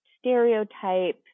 stereotype